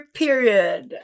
period